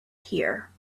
here